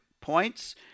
points